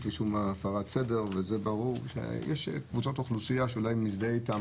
ולשום הפרת סדר וזה ברור שיש קבוצות אוכלוסיה שאולי מזדהה איתם,